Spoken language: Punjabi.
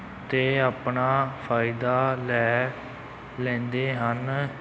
ਅਤੇ ਆਪਣਾ ਫਾਇਦਾ ਲੈ ਲੈਂਦੇ ਹਨ